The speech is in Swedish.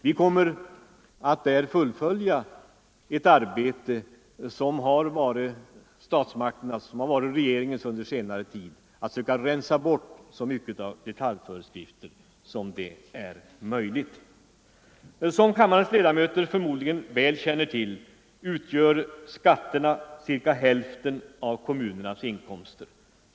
Vi kommer att där fullfölja ett arbete som har varit regeringens under senare tid, nämligen att söka rensa bort så mycket som möjligt av detaljföreskrifter. Som kammarens ledamöter förmodligen väl känner till, utgör skatterna ca hälften av kommunernas inkomster.